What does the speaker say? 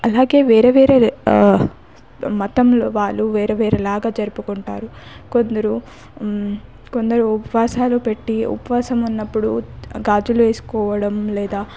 అలాగే వేరే వేరే మతంలో వాళ్ళు వేరే వేరే లాగా జరుపుకుంటారు కొందరు కొందరు ఉపవాసాలు పెట్టి ఉపవాసం ఉన్నప్పుడు గాజులు వేసుకోవడం లేదా